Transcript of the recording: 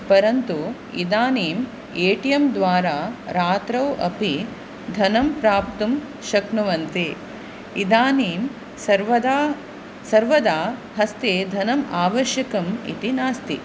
परन्तु इदानीं A T M द्वारा रात्रौ अपि धनं प्राप्तुं शक्नुवन्ति इदानीं सर्वदा सर्वदा हस्ते धनम् आवश्यकम् इति नास्ति